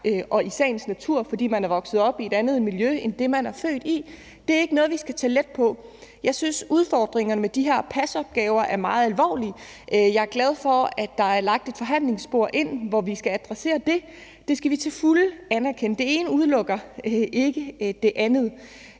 og i sagens natur, fordi man er vokset op i et andet miljø end det, man er født i. Det er ikke noget, vi skal tage let på. Jeg synes, at udfordringerne med de PAS-opgaver er meget alvorlige. Jeg er glad for, at der er lagt et forhandlingsspor ind, hvor vi skal adressere det. Det skal vi til fulde anerkende. Det ene udelukker ikke det andet.